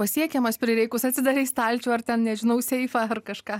pasiekiamas prireikus atsidarei stalčių ar ten nežinau seifą ar kažką